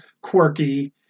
quirky